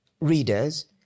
readers